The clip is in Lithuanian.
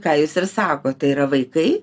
ką jūs ir sakot tai yra vaikai